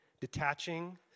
detaching